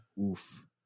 Oof